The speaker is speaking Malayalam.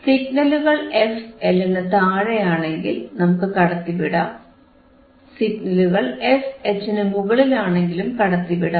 സിഗ്നലുകൾ fL നു താഴെയാണെങ്കിൽ നമുക്ക് കടത്തിവിടാം സിഗ്നലുകൾ fH നു മുകളിൽ ആണെങ്കിലും കടത്തിവിടാം